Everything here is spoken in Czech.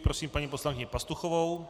Prosím paní poslankyni Pastuchovou.